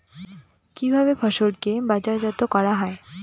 কিভাবে ফসলকে বাজারজাত করা হয়?